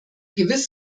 gewiss